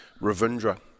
Ravindra